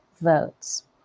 votes